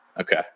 Okay